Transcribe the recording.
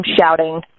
shouting